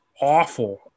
awful